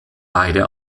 beide